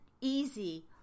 easy